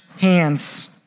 hands